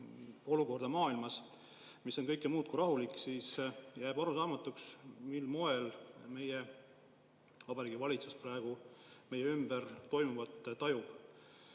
maailmas, mis on kõike muud kui rahulik, siis jääb arusaamatuks, mil moel meie Vabariigi Valitsus praegu meie ümber toimuvat tajub.